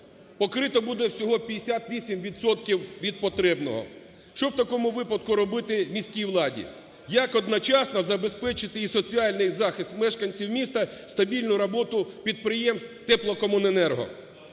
всього буде 58 відсотків від потрібного. Що в такому випадку робити міській владі? Як одночасно забезпечити і соціальний захист мешканців міста стабільну роботу підприємств теплокомуненерго.